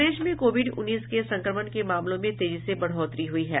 प्रदेश में कोविड उन्नीस के संक्रमण के मामलों में तेजी से बढ़ोतरी हुई है